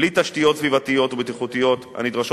בלי תשתיות סביבתיות ובטיחותיות הנדרשות